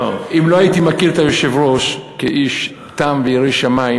אם לא הייתי מכיר את היושב-ראש כאיש תם וירא שמים,